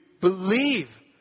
believe